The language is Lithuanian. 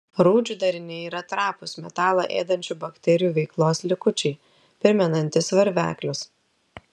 rūdžių dariniai yra trapūs metalą ėdančių bakterijų veiklos likučiai primenantys varveklius